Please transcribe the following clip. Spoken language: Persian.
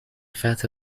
فتح